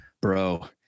Bro